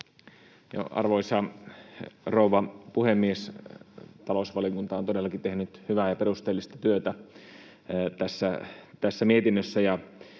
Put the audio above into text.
Arvoisa rouva puhemies! Talousvaliokunta on todellakin tehnyt hyvää ja perusteellista työtä tässä mietinnössä,